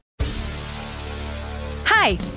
Hi